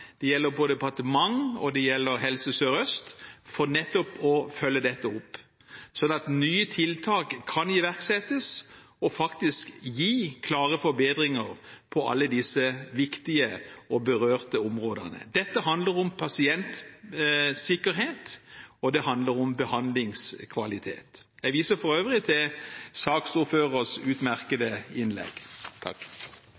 Det gjelder både departement og Helse Sør-Øst, for nettopp å følge dette opp, sånn at nye tiltak kan iverksettes og faktisk gi klare forbedringer på alle disse viktige og berørte områdene. Dette handler om pasientsikkerhet, og det handler om behandlingskvalitet. Jeg viser for øvrig til